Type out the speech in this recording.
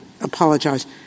apologize